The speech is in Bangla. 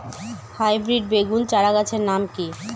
হাইব্রিড বেগুন চারাগাছের নাম কি?